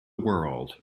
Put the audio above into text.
world